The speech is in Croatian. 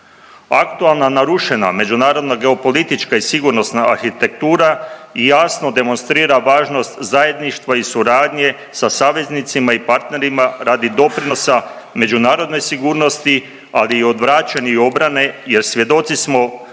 Aktualna narušena međunarodna geopolitička i sigurnosna arhitektura jasno demonstrira važnost zajedništva i suradnje sa saveznicima i partnerima radi doprinosa međunarodnoj sigurnosti ali i odvraćeni i obrane, jer svjedoci smo